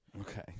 Okay